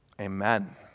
amen